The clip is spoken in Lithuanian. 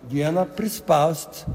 vieną prispaust